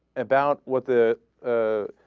about what the ah.